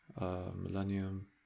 millennium